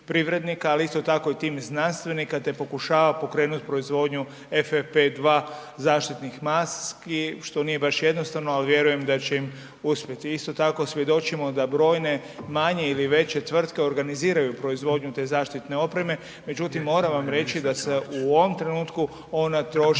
ali isto tako i tim znanstvenika te pokušava pokrenut proizvodnju FF52 zaštitnih maski što nije baš jednostavno, ali vjerujem da će im uspjeti. Isto tako svjedočimo da brojne manje ili veće tvrtke organiziraju proizvodnju te zaštitne opreme, međutim moram vam reći da se u ovom trenutku ona troši